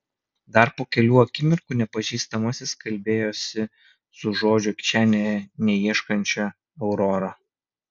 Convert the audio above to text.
dar po kelių akimirkų nepažįstamasis kalbėjosi su žodžio kišenėje neieškančia aurora